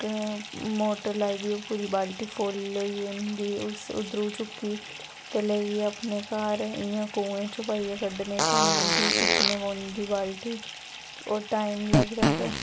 अगर मोटर लाई दी होग ते पूरी बाल्टी फुल होई जंदी उस उद्धरू चुक्की ते लेइयै अपने घर कुएं च इ'यां पाइयै कड्ढने पौंदी खिच्चने पौंदी बाल्टी होर टाइम लगदा गै